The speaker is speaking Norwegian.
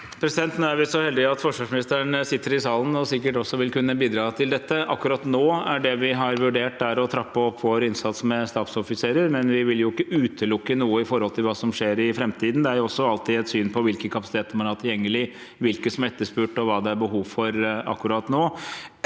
Nå er vi så heldige at forsvarsministeren sitter i salen og sikkert også vil kunne bidra. Akkurat nå har vi vurdert å trappe opp vår innsats med stabsoffiserer, men vi vil ikke utelukke noe med hensyn til hva som vil skje i framtiden. Det er også alltid et syn på hvilke kapasiteter man har tilgjengelig, hvilke som er etterspurt, og hva det er behov for akkurat nå.